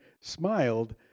smiled